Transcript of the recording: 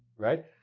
right?